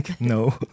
no